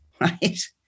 right